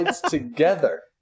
together